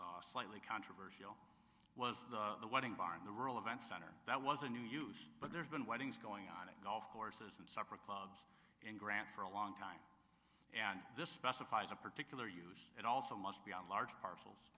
was slightly controversial was the wedding barn the rural event center that was a new use but there's been weddings going on a golf courses and supper clubs and grants for a long time and this specifies a particular use it also must be on large parcels